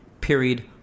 Period